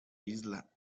isla